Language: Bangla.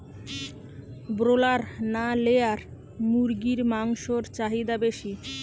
ব্রলার না লেয়ার মুরগির মাংসর চাহিদা বেশি?